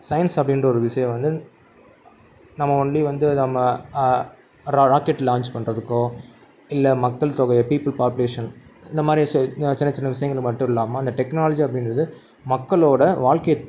science அப்படின்ற ஒரு விஷயம் வந்து நம்ம ஒன்லி வந்து நம்ம ரா ராக்கெட் லான்ச் பண்ணுறதுக்கோ இல்லை மக்கள் தொகையை பீப்புள் பாப்புலேஷன் இந்த மாதிரி சின்ன சின்ன விஷயங்கள மட்டும் இல்லாமல் அந்த டெக்னாலஜி அப்படின்றது மக்களோடய வாழ்க்கைத்